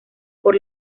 por